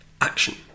action